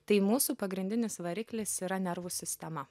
tai mūsų pagrindinis variklis yra nervų sistema